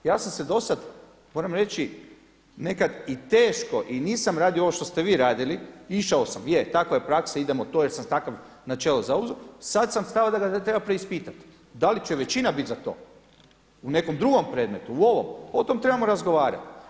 Ja sam se do sada moram reći nekad i teško i nisam radio ovo što ste vi radili, išao sam je takva je praksa idemo to jer sam takvo načelo zauzeo, sada sam stava da treba preispitati, da li će većina biti za to u nekom drugom predmetu, u ovom, o tome trebamo razgovarati.